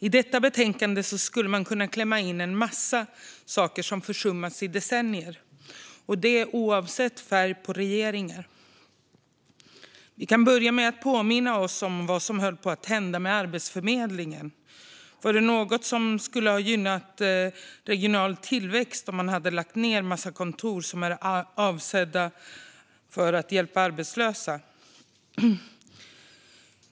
I detta betänkande skulle man kunna klämma in en massa saker som försummats i decennier, oavsett färg på regeringar. Vi kan börja med att påminna oss om vad som höll på att hända med Arbetsförmedlingen. Var det något som skulle ha gynnat regional tillväxt om man hade lagt ned en mängd kontor avsedda att hjälpa arbetslösa?